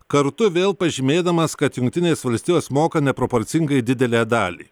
kartu vėl pažymėdamas kad jungtinės valstijos moka neproporcingai didelę dalį